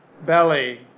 belly